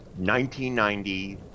1990